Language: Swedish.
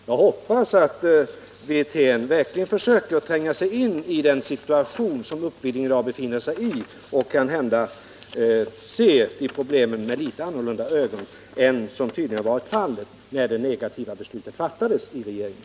Jag hoppas att Rolf Wirtén verkligen försöker tränga in i den situation som Uppvidinge i dag befinner sig i och kanhända då ser problemen med litet annorlunda ögon än vad som tydligen var fallet när det negativa beslutet fattades i regeringen.